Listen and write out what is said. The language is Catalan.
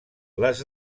les